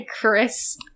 Chris